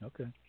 Okay